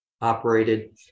operated